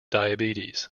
diabetes